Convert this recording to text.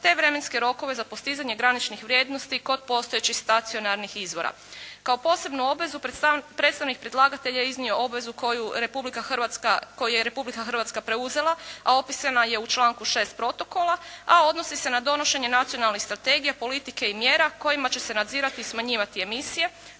te vremenske rokove za postizanje graničnih vrijednosti kod postojećih stacionarnih izvora. Kao posebnu obvezu predstavnik predlagatelja je iznio obvezu koju je Republika Hrvatska preuzela a opisana je u članku 6. protokola, a odnosi se na donošenje nacionalnih strategija, politike i mjera kojima će se nadzirati i smanjivati emisije,